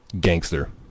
Gangster